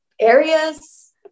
areas